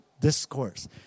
Discourse